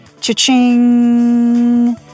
Cha-ching